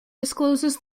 discloses